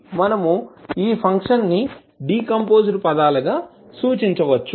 మనము ఈ ఫంక్షన్ను డీకంపోజ్ద్ పదాలుగా సూచించవచ్చు